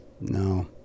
No